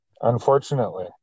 Unfortunately